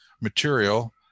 material